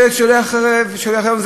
ילד שהולך לישון רעב,